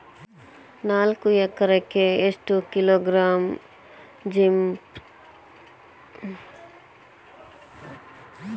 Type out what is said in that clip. ನಾಲ್ಕು ಎಕರೆಕ್ಕ ಎಷ್ಟು ಕಿಲೋಗ್ರಾಂ ಜಿಪ್ಸಮ್ ಬೋರಾನ್ ಹಾಕಬೇಕು ರಿ?